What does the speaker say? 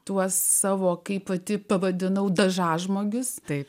tuos savo kaip pati pavadinau dažažmogius taip